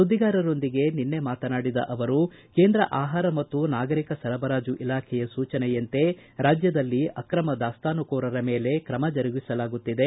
ಸುದ್ದಿಗಾರರೊಂದಿಗೆ ನಿನ್ನೆ ಮಾತನಾಡಿದ ಅವರು ಕೇಂದ್ರ ಆಹಾರ ಮತ್ತು ನಾಗರಿಕ ಸರಬರಾಜು ಇಲಾಖೆಯ ಸೂಚನೆಯಂತೆ ರಾಜ್ಯದಲ್ಲಿ ಆಕ್ರಮ ದಾಸ್ತಾನುಕೋರರ ಮೇಲೆ ಕ್ರಮ ಜರುಗಿಸಲಾಗುತ್ತಿದೆ